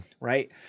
right